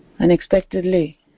Unexpectedly